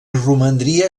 romandria